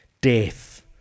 death